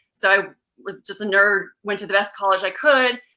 so i was just a nerd, went to the best college i could.